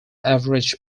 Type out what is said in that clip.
average